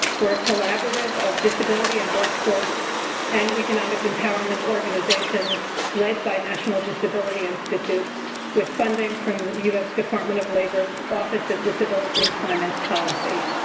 are a collaborative of disability and workforce and economic empowerment organizations led by national disability institute with funding from the us department of labor's office of disability employment policy.